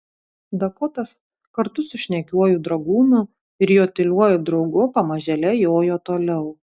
dakotas kartu su šnekiuoju dragūnu ir jo tyliuoju draugu pamažėle jojo toliau